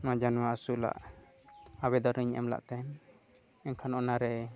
ᱡᱟᱱᱣᱟᱨ ᱟᱹᱥᱩᱞᱟᱜ ᱟᱵᱮᱫᱚᱱᱤᱧ ᱮᱢᱞᱮᱫ ᱛᱟᱦᱮᱸᱫ ᱮᱱᱠᱷᱟᱱ ᱚᱱᱟᱨᱮ